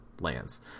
lands